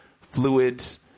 fluids